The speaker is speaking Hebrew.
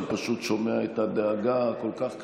אני פשוט שומע את הדאגה הכל-כך קשה,